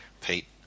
Pete